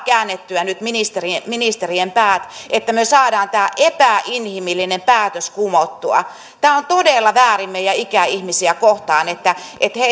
käännettyä nyt ministerien päät että me saamme tämän epäinhimillisen päätöksen kumottua tämä on todella väärin meidän ikäihmisiämme kohtaan että että he